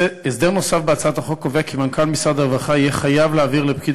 הסדר נוסף בהצעת החוק קובע כי מנכ"ל משרד הרווחה יהיה חייב להעביר לפקיד